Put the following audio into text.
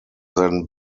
then